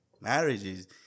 marriages